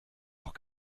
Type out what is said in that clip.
doch